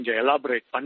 elaborate